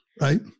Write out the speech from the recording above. right